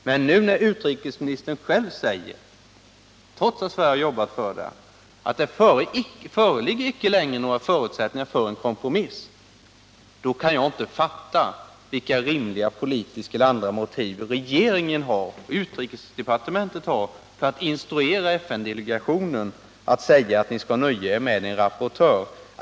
Men nu, när utrikesministern själv säger att det — trots att Sverige självt hade jobbat för det — inte längre föreligger några förutsättningar för en kompromiss, då kan jag inte fatta vilka rimliga politiska eller andra motiv regeringen och utrikesdepartmentet har för att instruera FN-delegationen att säga: Ni skall nöja er med en rapportör.